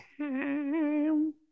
time